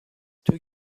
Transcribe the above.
توی